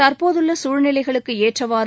தற்போதுள்ள சசூழ்நிலைகளுக்கு ஏற்றவாறு